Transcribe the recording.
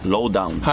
Lowdown